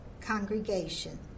Congregation